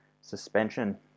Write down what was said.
Suspension